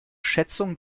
schätzung